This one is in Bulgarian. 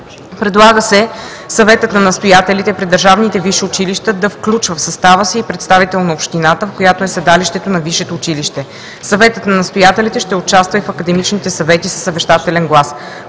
Предлага се Съветът на настоятелите при държавните висши училища да включва в състава си и представител на общината, в която е седалището на висшето училище. Съветът на настоятелите ще участва и в академичните съвети със съвещателен глас.